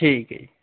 ਠੀਕ ਹੈ